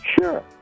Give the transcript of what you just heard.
Sure